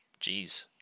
Jeez